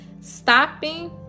Stopping